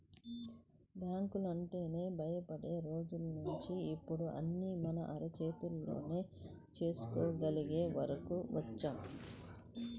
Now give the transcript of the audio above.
బ్యాంకులంటేనే భయపడే రోజుల్నించి ఇప్పుడు అన్నీ మన అరచేతిలోనే చేసుకోగలిగే వరకు వచ్చాం